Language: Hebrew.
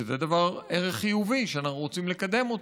שזה ערך חיובי שאנחנו רוצים לקדם אותו,